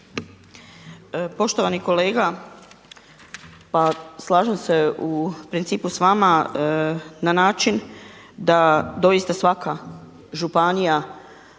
Poštovani kolega, pa slažem se u principu s vama na način da doista svaka županija